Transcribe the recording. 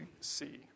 see